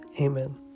Amen